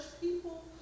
people